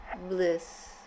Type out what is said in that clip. bliss